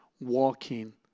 walking